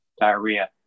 diarrhea